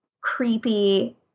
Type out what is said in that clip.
Creepy